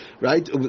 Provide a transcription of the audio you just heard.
Right